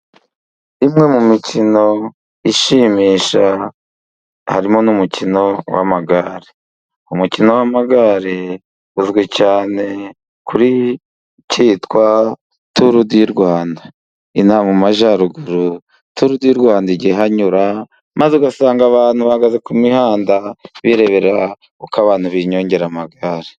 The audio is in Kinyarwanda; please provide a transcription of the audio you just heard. Imwe mu mikino ishimisha, harimo n'umukino w'amagare. Umukino w'amagare uzwi cyane kuri ... cyitwa Turudirwanda. Inaha mu majyaruguru, Turudirwanda ijya ihanyura maze ugasanga abantu bahagaze ku mihanda birebera uko abantu binyongera amagare.